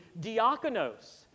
diakonos